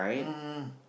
mmhmm